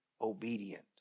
obedient